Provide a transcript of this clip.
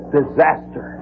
disaster